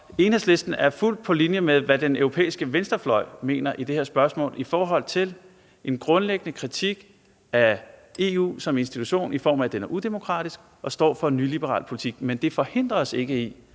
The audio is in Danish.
Enhedslisten er fuldt på linje med, hvad den europæiske venstrefløj mener i det her spørgsmål i forhold til en grundlæggende kritik af EU som institution, i form af at den er udemokratisk og står for en nyliberal politik. Men det forhindrer os ikke i,